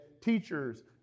teachers